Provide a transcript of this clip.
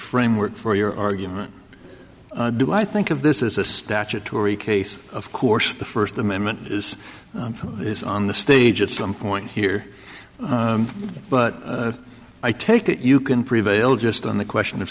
framework for your argument do i think of this is a statutory case of course the first amendment is is on the stage at some point here but i take it you can prevail just on the question of